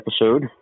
episode